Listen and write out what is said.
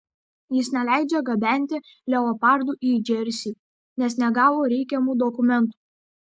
jis neleidžia gabenti leopardų į džersį nes negavo reikiamų dokumentų